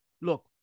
look